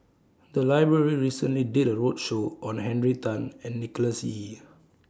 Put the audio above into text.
The Library recently did A roadshow on Henry Tan and Nicholas Ee